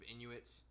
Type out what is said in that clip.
Inuits